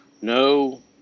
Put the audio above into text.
no